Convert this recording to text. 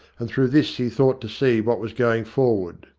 and through this he thought to see what was going forward.